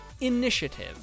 initiative